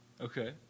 Okay